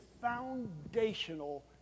foundational